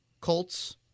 Colts